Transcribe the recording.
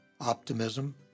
optimism